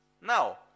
Now